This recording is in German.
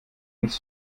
nicht